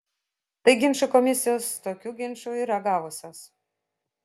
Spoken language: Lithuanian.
tai ginčų komisijos tokių ginčų yra gavusios